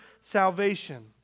salvation